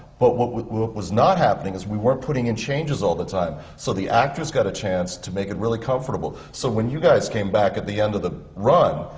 but what was not happening was we weren't putting in changes all the time, so the actors got a chance to make it really comfortable. so when you guys came back at the end of the run,